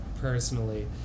personally